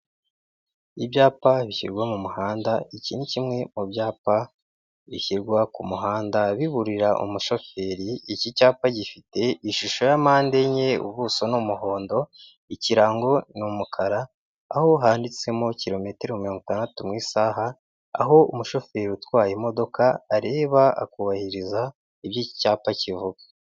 Ibyapa bishyirwa mu muhanda, iki ni kimwe mu byapa bishyirwa ku muhanda biburira umushoferi, iki cyapa gifite ishusho ya mpandenye, ubuso ni umuhondo, ikirango ni umukara, aho handitsemo kilometero mirongo itandatu mu isaha, aho umushoferi utwaye imodoka areba akubahiriza ibyo iki cyapa kivuga.